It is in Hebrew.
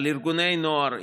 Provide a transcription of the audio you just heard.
לארגוני נוער,